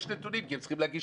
יש נתונים כי הם צריכים להגיש,